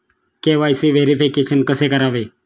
KYC verification कसे करावे?